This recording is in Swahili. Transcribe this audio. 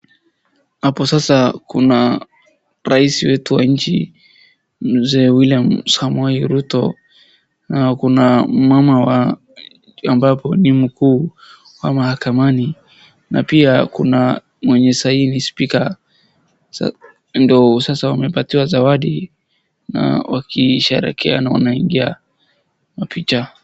Hapo sasa kuna rais wetu wa nchi William Samoei Ruto, na kuna wa mama ambapo ni mkuu wa mahakamani, na pia kuna mwenye sahii ni speaker ndio sasa wamepatiwa zawadi wakisherekea na wanaingia mapicha.